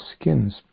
skins